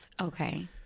Okay